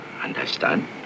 Understand